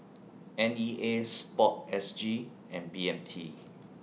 N E A Sport S G and B M T